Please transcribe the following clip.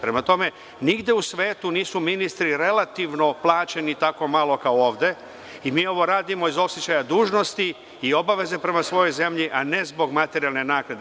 Prema tome, nigde u svetu nisu ministri relativno plaćeni tako malo kao ovde i mi ovo radimo iz osećaja dužnosti i obaveze prema svojoj zemlji, a ne zbog materijalne naknade.